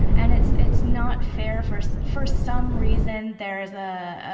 and it's it's not fair for so for some reason there's a